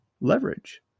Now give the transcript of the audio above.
leverage